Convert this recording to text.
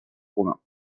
romain